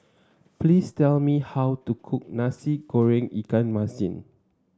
please tell me how to cook Nasi Goreng Ikan Masin